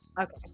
okay